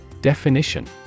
Definition